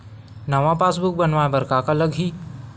नवा पासबुक बनवाय बर का का लगही?